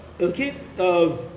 okay